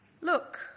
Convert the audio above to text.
Look